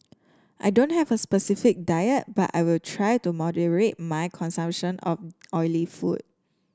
I don't have a specific diet but I will try to moderate my consumption of oily food